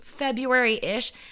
February-ish